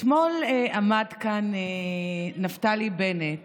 אתמול עמד כאן נפתלי בנט